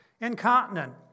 incontinent